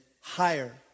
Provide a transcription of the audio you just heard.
higher